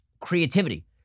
creativity